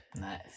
nice